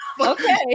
okay